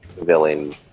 villain